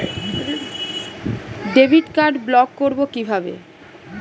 Debit card block করব কিভাবে?